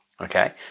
Okay